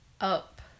up